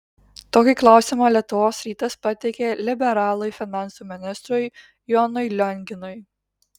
tokį klausimą lietuvos rytas pateikė liberalui finansų ministrui jonui lionginui